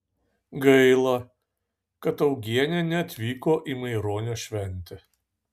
gaila kad augienė neatvyko į maironio šventę